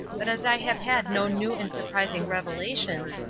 but as i have had no new and surprising revelations,